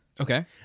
Okay